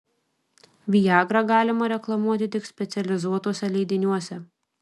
viagrą galima reklamuoti tik specializuotuose leidiniuose